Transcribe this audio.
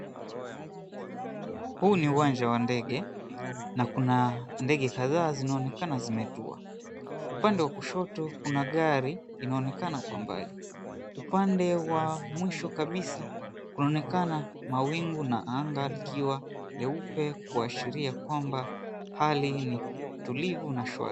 Huu ni uwanja wa ndege na kuna ndege kadhaa zinaonekana zimetua. Upande wa kushoto kuna gari linaonekana kwa mbali. Upande wa mwisho kabisa, kunaonekana mawingu na anga likiwa leupe kuashiria kwamba hali ni tulivu na shwari.